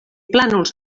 plànols